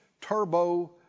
Turbo